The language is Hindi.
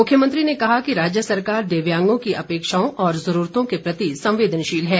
मुख्यमंत्री ने कहा कि राज्य सरकार दिव्यांगों की अपेक्षाओं और जरूरतों के प्रति संवेदनशील है